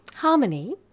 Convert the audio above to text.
Harmony